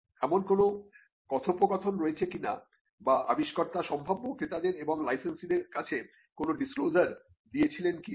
এমন কোন কথোপকথন রয়েছে কিনা বা আবিষ্কর্তা সম্ভাব্য ক্রেতাদের এবং লাইসেন্সিদের কাছে কোন ডিসক্লোজার দিয়েছিলেন কিনা